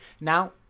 now